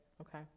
okay